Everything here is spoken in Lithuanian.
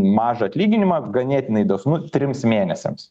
mažą atlyginimą ganėtinai dosnus trims mėnesiams